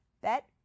Bet